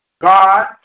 God